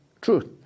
Truth